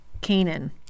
Canaan